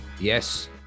Yes